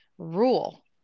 Rule